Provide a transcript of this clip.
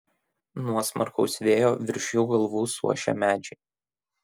nuo smarkaus vėjo virš jų galvų suošia medžiai